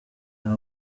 nta